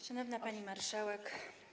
Szanowna Pani Marszałek!